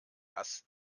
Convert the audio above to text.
ass